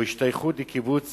או השתייכות לקיבוץ